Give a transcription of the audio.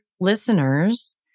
listeners